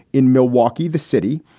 in milwaukee, the city.